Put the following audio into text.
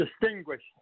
Distinguish